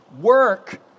Work